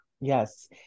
Yes